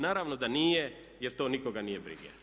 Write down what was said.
Naravno da nije jer to nikoga nije briga.